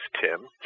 Tim